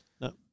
No